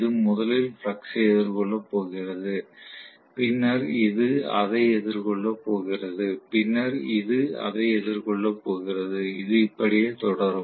இது முதலில் பிளக்ஸ் ஐ எதிர்கொள்ளப் போகிறது பின்னர் இது அதை எதிர்கொள்ளப் போகிறது பின்னர் இது அதை எதிர்கொள்ளப் போகிறது இது இப்படியே தொடரும்